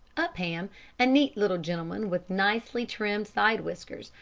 upham, a neat little gentleman with nicely trimmed side-whiskers,